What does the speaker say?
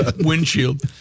windshield